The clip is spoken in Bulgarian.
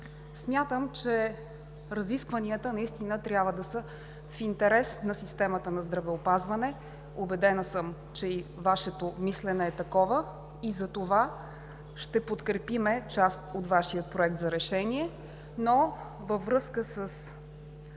Смятам, че разискванията наистина трябва да са в интерес на системата на здравеопазване, убедена съм, че и Вашето мислене е такова,, и затова ще подкрепим част от Вашия Проект за решение, но във връзка с